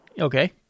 Okay